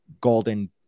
golden